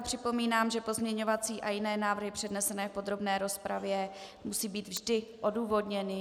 Připomínám, že pozměňovací a jiné návrhy přednesené v podrobné rozpravě musí být vždy odůvodněny.